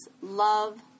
love